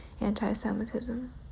anti-semitism